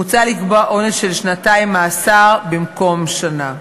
מוצע לקבוע עונש של שנתיים מאסר במקום שנה.